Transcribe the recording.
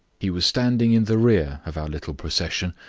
he was standing in the rear of our little procession,